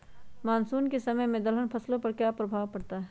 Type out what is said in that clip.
Monsoon के समय में दलहन फसलो पर क्या प्रभाव पड़ता हैँ?